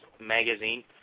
Magazine